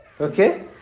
Okay